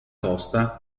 costa